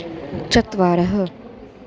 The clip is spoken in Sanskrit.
चत्वारः